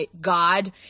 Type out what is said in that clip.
God